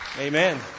Amen